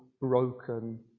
broken